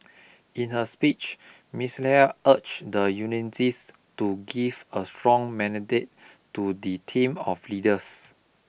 in her speech Miss Nair urged the unionists to give a strong mandate to the team of leaders